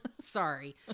sorry